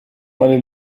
meine